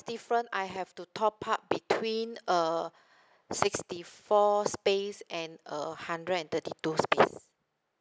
different I have to top up between uh sixty four space and a hundred and thirty two space